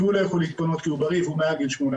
כי הוא לא יכול להתפנות כי הוא בריא ומעל גיל 18,